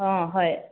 অঁ হয়